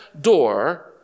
door